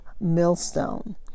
millstone